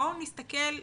בואו נסתכל מניעתית.